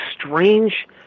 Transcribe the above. strange